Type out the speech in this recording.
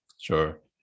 Sure